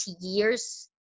years